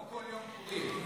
לא כל יום פורים.